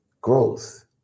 growth